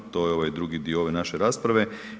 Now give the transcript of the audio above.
To je ovaj drugi dio ove naše rasprave.